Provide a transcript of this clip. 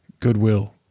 goodwill